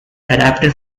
adapted